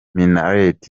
minnaert